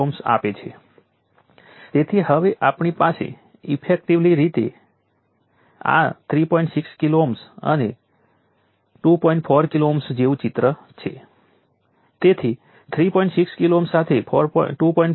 અહીં આ product negative હશે અને કેપેસિટર પાવર ડિલિવરી કરશે તે નેગેટિવ પાવરને શોષી રહ્યું છે પછી આપણે એ રીતે આગળ વધીએ છીએ જ્યાં V નેગેટિવ છે અને જ્યાં ટાઈમ ડેરિવેટિવ પણ નેગેટિવ છે